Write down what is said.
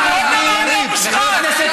לא מכובד,